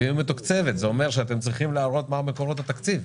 ואם היא מתוקצבת זה אומר שאתם צריכים להראות מה מקורות התקציב.